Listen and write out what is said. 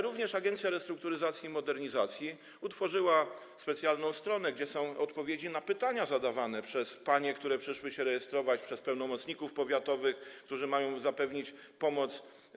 Również Agencja Restrukturyzacji i Modernizacji Rolnictwa utworzyła specjalną stronę, gdzie zamieszczone są odpowiedzi na pytania zadawane przez panie, które przyszły się rejestrować, przez pełnomocników powiatowych, którzy mają zapewnić pomoc.